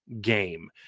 game